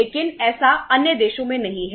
लेकिन ऐसा अन्य देशों में नहीं है